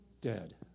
dead